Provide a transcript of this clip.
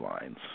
lines